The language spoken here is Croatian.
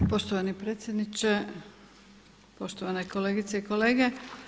Poštovani predsjedniče, poštovane kolegice i kolege.